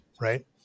right